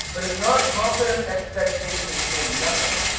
but it's not confident expectation in nothing.